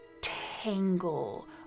tangle